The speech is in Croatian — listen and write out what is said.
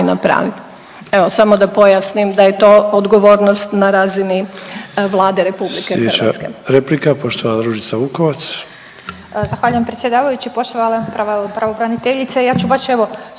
napravit. Evo samo da pojasnim da je to odgovornost na razini Vlade RH.